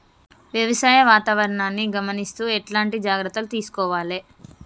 వ్యవసాయ వాతావరణాన్ని గమనిస్తూ ఎట్లాంటి జాగ్రత్తలు తీసుకోవాలే?